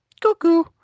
cuckoo